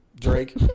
drake